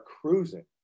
cruising